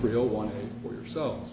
real one for yourself